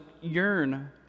yearn